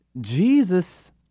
Jesus